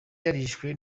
yarishwe